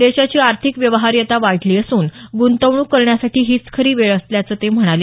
देशाची आर्थिक व्यवहार्यता वाढली असून ग्रंतवणूक करण्यासाठी हीच खरी वेळ असल्याचं ते म्हणाले